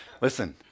listen